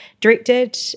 directed